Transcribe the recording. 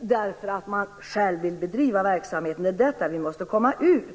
därför att de själva vill bedriva verksamheten. Det är detta man måste komma ur.